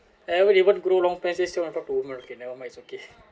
everybody want to grow long pants still want to talk to woman okay never mind it's okay